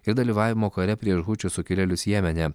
ir dalyvavimo kare prieš hučių sukilėlius jemene